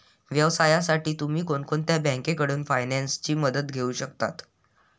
व्यवसायासाठी तुम्ही कोणत्याही बँकेकडून फायनान्सची मदत घेऊ शकता